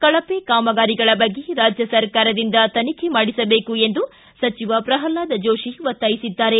ಕಳವೆ ಕಾಮಗಾರಿಗಳ ಬಗ್ಗೆ ರಾಜ್ಯ ಸರಕಾರದಿಂದ ತನಿಖೆ ಮಾಡಿಸಬೇಕು ಎಂದು ಸಚಿವ ಪ್ರಹ್ಲಾದ್ ಜೋಶಿ ಒತ್ತಾಯಿಸಿದ್ದಾರೆ